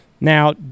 Now